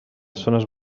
zones